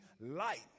light